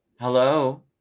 Hello